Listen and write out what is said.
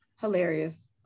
hilarious